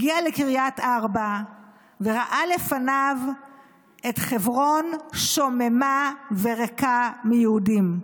הגיע לקריית ארבע וראה לפניו את חברון שוממה וריקה מיהודים,